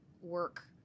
work